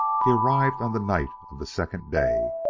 he arrived on the night of the second day.